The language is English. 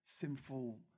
sinful